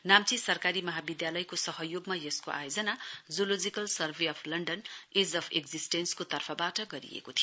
नाम्ची सरकारी महाविद्यालयको सहयोगमा यसको आयोजना zoological survey of London edge of एक्सटेन्सनको तर्फबाट गरिएको थियो